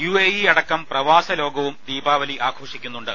U A E അടക്കം പ്രവാസ ലോകവും ദ്വീപാവലി ആഘോഷിക്കു ന്നുണ്ട്